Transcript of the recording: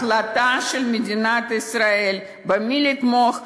החלטה של מדינת ישראל במי לתמוך,